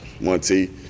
Monty